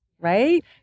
right